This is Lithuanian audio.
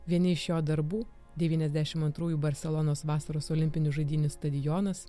vieni iš jo darbų devyniasdešim antrųjų barselonos vasaros olimpinių žaidynių stadionas